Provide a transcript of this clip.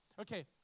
Okay